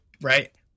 right